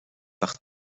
par